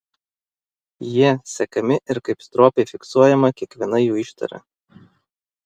jie sekami ir kaip stropiai fiksuojama kiekviena jų ištara